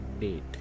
date